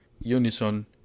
Unison